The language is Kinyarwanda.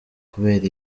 kubera